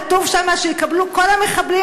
כתוב שם שיקבלו כל המחבלים,